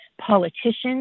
politicians